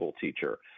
teacher